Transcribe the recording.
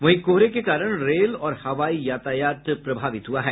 वहीं कोहरे के कारण रेल और हवाई यातायात प्रभावित हुआ है